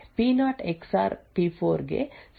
ಪಿ0 XOR ಪಿ4 ಗೆ ಸಮ